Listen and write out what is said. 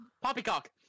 Poppycock